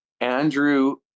Andrew